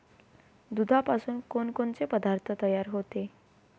दुधापासून कोनकोनचे पदार्थ तयार होते?